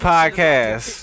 Podcast